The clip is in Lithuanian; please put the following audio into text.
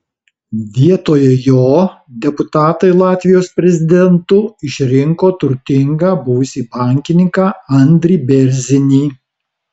vietoje jo deputatai latvijos prezidentu išrinko turtingą buvusį bankininką andrį bėrzinį